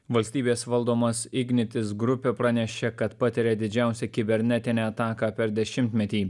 valstybės valdomas ignitis grupė pranešė kad patiria didžiausią kibernetinę ataką per dešimtmetį